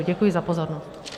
Děkuji za pozornost.